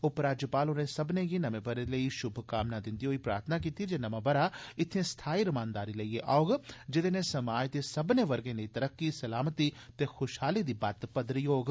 उपराज्यपाल होरें सब्मनें गी नमें ब'रे लेई शुभकामनां दिंदे होई प्रार्थना कीती जे नमां ब'रा इत्थे स्थाई रमानदारी लेईए औग जेदे नै समाज दे सब्मनें वर्गे लेई तरक्की सलामती ते खुशहाली दी बत्त पदरी होग